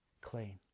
clean